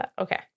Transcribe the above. Okay